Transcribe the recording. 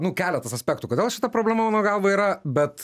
nu keletas aspektų kodėl šita problema mano galva yra bet